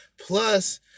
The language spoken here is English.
Plus